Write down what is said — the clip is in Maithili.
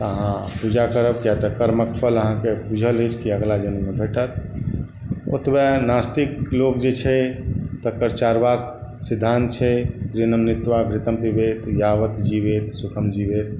तऽ अहाँ पूजा करब किएक तँ कर्मक फल अहाँके बूझल अछि जे अगिला जन्ममे कर्मक फल भेटत ओतबे नास्तिक लोक जे छै तकर चारवाक सिद्धान्त छै जे ऋणं कृत्वा घृतं पिबेत यावत् जिवेत सुखम् जिवेत